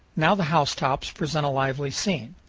now the house tops present a lively scene.